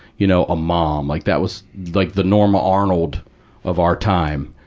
you know, a mom. like that was like the norma arnold of our time.